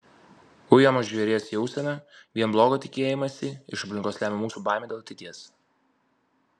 ujamo žvėries jauseną vien blogo tikėjimąsi iš aplinkos lemia mūsų baimė dėl ateities